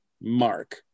mark